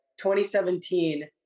2017